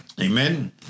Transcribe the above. Amen